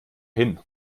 hin